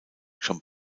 schon